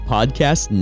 Podcast